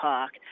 Park